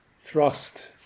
thrust